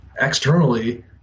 externally